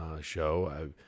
show